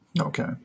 Okay